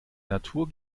natur